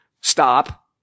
stop